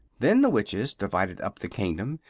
then the witches divided up the kingdom,